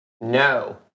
No